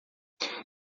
ele